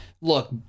look